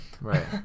Right